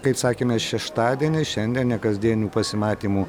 kaip sakėme šeštadienį šiandien nekasdienių pasimatymų